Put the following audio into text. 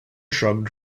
shrugged